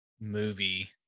movie